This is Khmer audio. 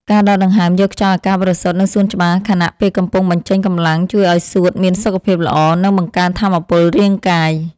ការដកដង្ហើមយកខ្យល់អាកាសបរិសុទ្ធនៅសួនច្បារខណៈពេលកំពុងបញ្ចេញកម្លាំងជួយឱ្យសួតមានសុខភាពល្អ និងបង្កើនថាមពលរាងកាយ។